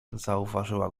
zauważyła